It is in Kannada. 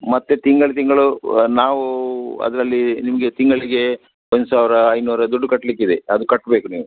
ಮತ್ತು ತಿಂಗಳು ತಿಂಗಳು ನಾವು ಅದರಲ್ಲಿ ನಿಮಗೆ ತಿಂಗಳಿಗೆ ಒಂದು ಸಾವಿರ ಐನೂರಾ ದುಡ್ಡು ಕಟ್ಟಲಿಕ್ಕೆ ಇದೆ ಅದು ಕಟ್ಟಬೇಕು ನೀವು